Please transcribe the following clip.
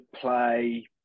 play